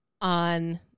on